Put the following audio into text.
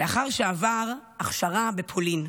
לאחר שעבר הכשרה בפולין.